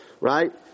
Right